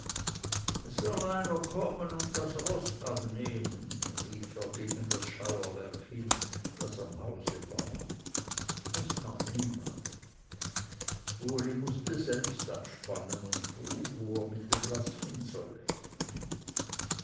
kommen und das roß abnehmen rief er gegen das scheuerwerk hin das am hause war es kam niemand uli mußte selbst abspannen und frug wo er mit dem blaß hin solle